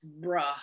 Bruh